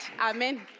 Amen